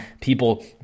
People